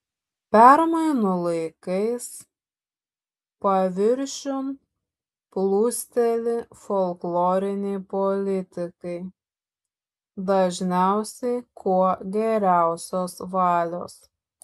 permainų laikais paviršiun plūsteli folkloriniai politikai dažniausiai kuo geriausios valios